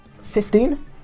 Fifteen